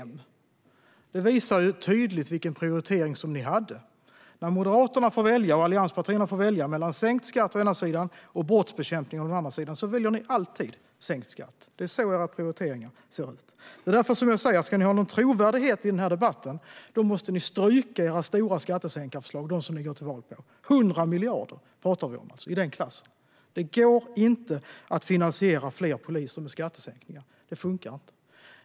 5 miljarder. Detta visar tydligt vilken prioritering ni hade. När Moderaterna och allianspartierna får välja mellan sänkt skatt å ena sidan och brottsbekämpning å andra sidan väljer de alltid sänkt skatt. Det är så era prioriteringar ser ut. Ska ni ha någon trovärdighet i den här debatten måste ni stryka era stora skattesänkarförslag, de förslag som ni går till val på. Vi talar om belopp i 100-miljardersklassen. Det går inte att finansiera fler poliser med skattesänkningar. Det funkar inte.